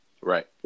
Right